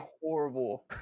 horrible